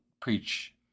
preach